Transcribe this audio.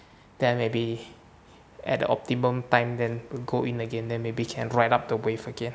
then maybe at the optimum time then go in again then maybe can't write up the wave again